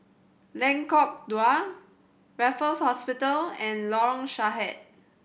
Lengkok Dua Raffles Hospital and Lorong Sahad